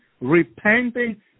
repenting